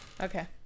Okay